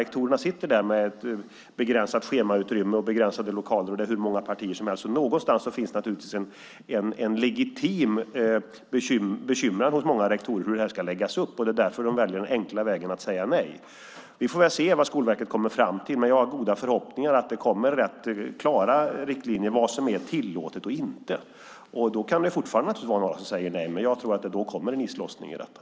Rektorerna sitter med ett begränsat schemautrymme och begränsade lokaler, och det är hur många partier som helst, så någonstans finns det naturligtvis ett legitimt bekymmer hos många rektorer hur det här ska läggas upp. Det är därför de väljer den enkla vägen, att säga nej. Vi får väl se vad Skolverket kommer fram till, men jag har goda förhoppningar om att det kommer rätt klara riktlinjer för vad som är tillåtet och inte. Då kan det naturligtvis fortfarande vara någon som säger nej. Men jag tror att det då blir en islossning i detta.